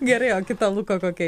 gerai o kito luko kokia